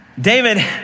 David